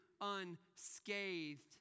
unscathed